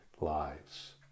lives